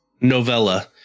novella